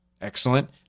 excellent